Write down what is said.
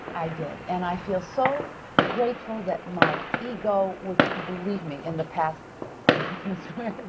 i did. and i feel so grateful that my ego, which believe me, in the past i'm not going to swear